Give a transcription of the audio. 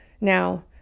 Now